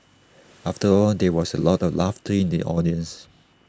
after all there was A lot of laughter in the audience